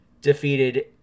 defeated